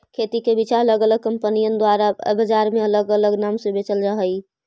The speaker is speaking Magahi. खेती के बिचा अलग अलग कंपनिअन द्वारा बजार में अलग अलग नाम से बेचल जा हई